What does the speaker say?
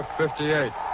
58